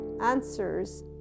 answers